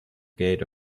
gate